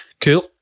Cool